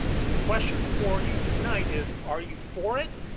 so, the question before you tonight is, are you for it,